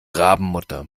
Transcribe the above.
rabenmutter